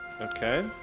Okay